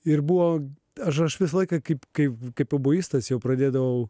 ir buvo aš visą laiką kaip kaip kaip budistas jau pradėdavau